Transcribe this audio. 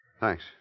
Thanks